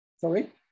Sorry